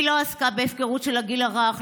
היא לא עסקה בהפקרות של הגיל הרך,